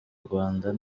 rwanda